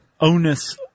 onus